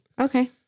Okay